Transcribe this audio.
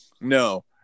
No